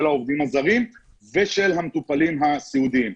העובדים הזרים ושל המטופלים הסיעודיים.